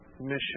mission